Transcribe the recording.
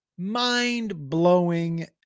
mind-blowing